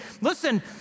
listen